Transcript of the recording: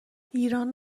ایران